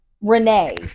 Renee